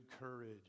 courage